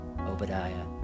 Obadiah